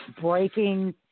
breaking